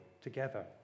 together